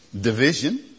division